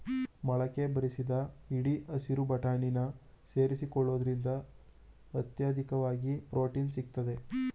ಮೊಳಕೆ ಬರಿಸಿದ ಹಿಡಿ ಹಸಿರು ಬಟಾಣಿನ ಸೇರಿಸಿಕೊಳ್ಳುವುದ್ರಿಂದ ಅತ್ಯಧಿಕವಾಗಿ ಪ್ರೊಟೀನ್ ಸಿಗ್ತದೆ